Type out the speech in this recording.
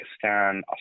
Pakistan